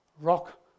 rock